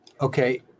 Okay